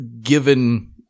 given